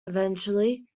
eventually